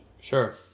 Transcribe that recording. Sure